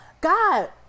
God